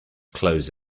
close